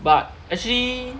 but actually